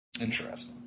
Interesting